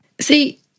See